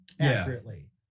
accurately